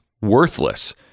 Worthless